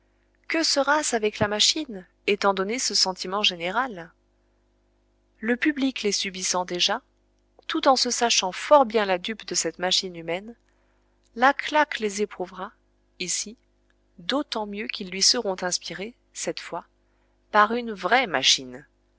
que sera-ce avec la machine étant donné ce sentiment général le public les subissant déjà tout en se sachant fort bien la dupe de cette machine humaine la claque les éprouvera ici d'autant mieux qu'ils lui seront inspirés cette fois par une vraie machine